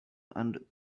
and